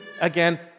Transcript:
again